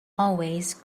always